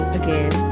again